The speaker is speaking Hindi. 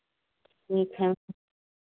ठीक है